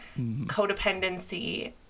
codependency